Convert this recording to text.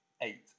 Eight